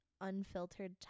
unfiltered